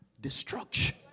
destruction